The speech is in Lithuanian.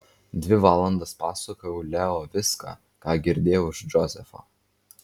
dvi valandas pasakojau leo viską ką girdėjau iš džozefo